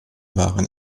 waren